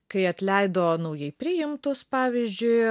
kai atleido naujai priimtus pavyzdžiui